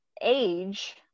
age